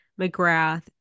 McGrath